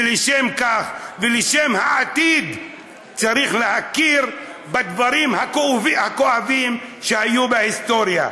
ולשם כך ולשם העתיד צריך להכיר בדברים הכואבים שהיו בהיסטוריה.